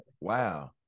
wow